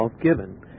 given